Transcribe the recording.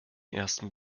ersten